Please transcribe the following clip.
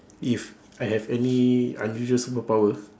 if I have any unusual superpower